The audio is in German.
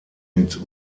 mit